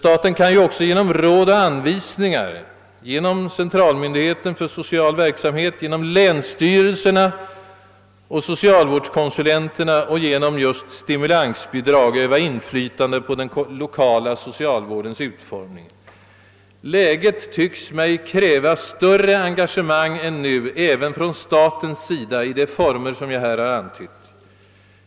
Staten kan emellertid också genom råd och anvisningar, genom centralmyndigheten för social verksamhet, genom länsstyrelserna, genom socialvårdskonsulenterna och genom just stimulansbidrag öva inflytande på den lokala socialvårdens utformning. Läget tycks mig kräva större engagemang än nu även från statens sida i de former, som jag här har antytt.